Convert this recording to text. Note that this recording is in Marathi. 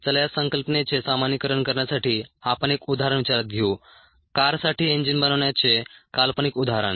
चला या संकल्पनेचे सामान्यीकरण करण्यासाठी आपण एक उदाहरण विचारात घेऊ कारसाठी इंजिन बनवण्याचे काल्पनिक उदाहरण